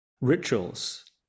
rituals